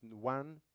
one